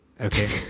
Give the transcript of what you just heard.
Okay